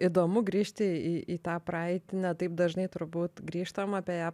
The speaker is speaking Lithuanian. įdomu grįžti į į tą praeitį ne taip dažnai turbūt grįžtam apie ją